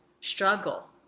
struggle